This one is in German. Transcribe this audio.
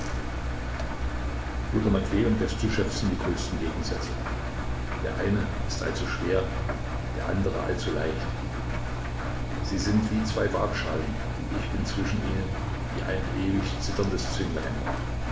bruder matwej und bestuschew sind die größten gegensätze der eine ist all zu schwer der andere all zu leicht sie sind wie zwei waagschalen und ich bin zwischen ihnen wie ein ewig zitterndes